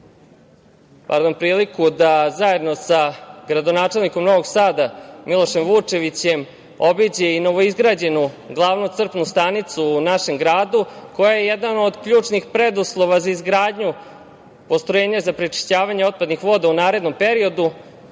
imala priliku da zajedno sa gradonačelnikom Novog Sada, Milošem Vučevićem, obiđe i novoizgrađenu glavnu crpnu stanicu u našem gradu, koja je jedan od ključnih preduslova za izgradnju postrojenja za prečišćavanje otpadnih voda u narednom periodu,